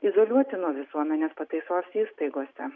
izoliuoti nuo visuomenės pataisos įstaigose